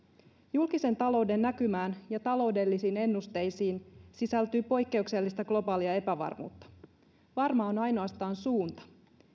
julkisen talouden näkymään ja taloudellisiin ennusteisiin sisältyy poikkeuksellista globaalia epävarmuutta varmaa on ainoastaan suunta